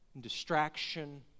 distraction